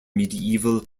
medieval